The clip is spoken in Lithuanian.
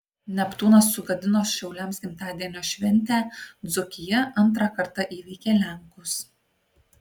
neptūnas sugadino šiauliams gimtadienio šventę dzūkija antrą kartą įveikė lenkus